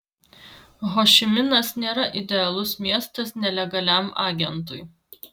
hošiminas nėra idealus miestas nelegaliam agentui